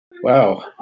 Wow